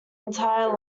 entire